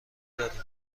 داریم